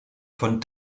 von